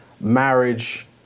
Marriage